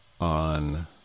on